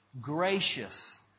gracious